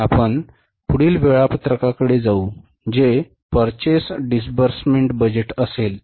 आपण पुढील वेळापत्रकाकडे जाऊ जे Purchase disbursement budget असेल